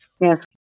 Yes